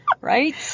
Right